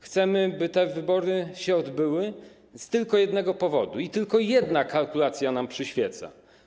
Chcemy, by te wybory się odbyły z jednego tylko powodu, i tylko jedna kalkulacja nam przyświeca.